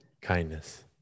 Kindness